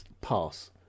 Pass